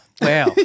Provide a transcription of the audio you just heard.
Wow